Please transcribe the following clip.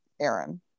aaron